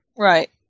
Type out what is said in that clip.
Right